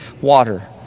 water